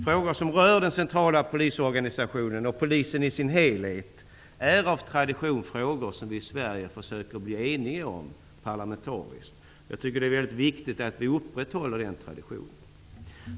Frågor som rör den centrala polisorganisationen och polisen i sin helhet är av tradition frågor som vi i Sverige försöker att parlamentariskt bli eniga om. Det är viktigt att vi upprätthåller den traditionen.